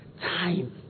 Time